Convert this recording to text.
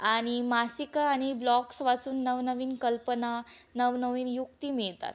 आणि मासिकं आणि ब्लॉक्स वाचून नवनवीन कल्पना नवनवीन युक्ती मिळतात